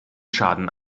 schaden